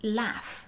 laugh